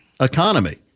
economy